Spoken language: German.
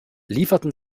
lieferten